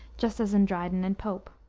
just as in dryden and pope.